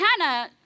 Hannah